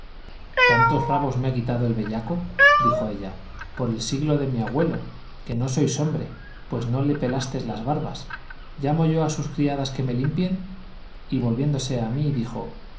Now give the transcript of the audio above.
tantos rabos me ha quitado el bellaco dijo ella por el siglo de mi agüelo que no sois hombre pues no le pelastes las barbas llamo yo a sus criadas que me limpien y volviéndose a mí dijo